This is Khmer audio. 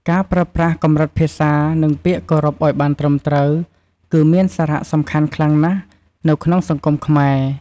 ការប្រើប្រាស់កម្រិតភាសា និងពាក្យគោរពឲ្យបានត្រឹមត្រូវ គឺមានសារៈសំខាន់ខ្លាំងណាស់នៅក្នុងសង្គមខ្មែរ។